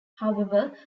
however